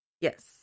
Yes